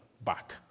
back